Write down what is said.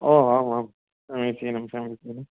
ओ आम् आं समीचीनं समीचीनं